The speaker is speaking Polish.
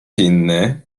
inny